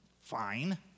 fine